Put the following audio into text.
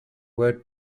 word